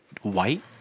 white